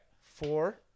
four